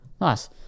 Nice